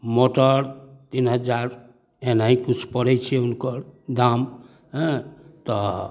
motor तीन हजार एनाहि किछु पड़ै छै उनकर दाम हँ तऽ